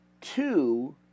two